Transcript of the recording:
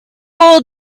old